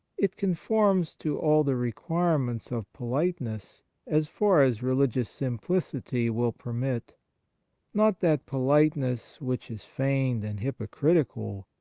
it conforms to all the requirements of politeness as far as religious simplicity will permit not that politeness which is feigned and hypocritical,